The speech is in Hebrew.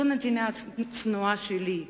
זו נתינה צנועה שלי,